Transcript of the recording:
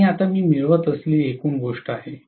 आणि आता मी मिळवित असलेली एकूण गोष्ट आहे